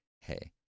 hey